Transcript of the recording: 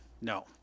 No